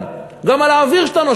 גם על האוויר שאתה נושם.